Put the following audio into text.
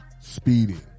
speeding